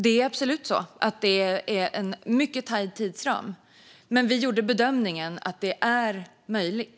Det är absolut en mycket tajt tidsram, men vi gjorde bedömningen att det är möjligt.